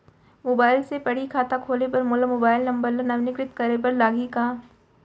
Mobile से पड़ही खाता खोले बर मोला मोबाइल नंबर ल नवीनीकृत करे बर लागही का?